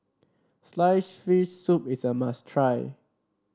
slice fish soup is a must try